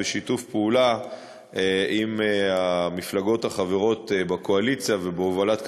בשיתוף פעולה עם המפלגות החברות בקואליציה ובהובלת,